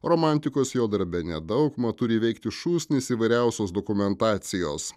romantikos jo darbe nedaug mat turi įveikti šūsnis įvairiausios dokumentacijos